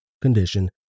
condition